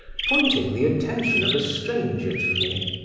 pointing the attention of a stranger to me,